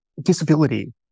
disability